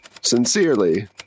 Sincerely